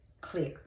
clear